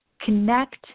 Connect